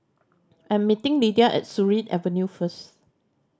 I am meeting Lydia at Surin Avenue first